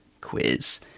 quiz